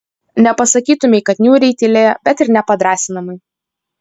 nepasakytumei kad niūriai tylėjo bet ir ne padrąsinamai